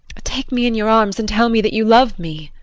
take me in your arms and tell me that you love me.